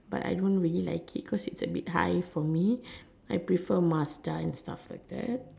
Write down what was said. but I don't really like cos it's a bit high for me I prefer Mazda and stuff like that